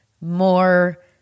more